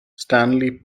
stanley